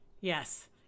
Yes